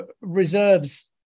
reserves